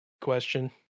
question